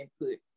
input